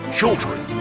children